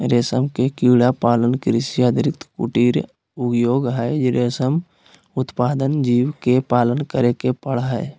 रेशम के कीड़ा पालन कृषि आधारित कुटीर उद्योग हई, रेशम उत्पादक जीव के पालन करे के पड़ हई